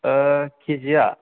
के जि या